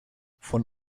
von